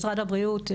משרד הבריאות,